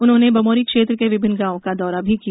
उन्होंने बमोरी क्षेत्र के विभिन्न गांवों का भी दौरा किया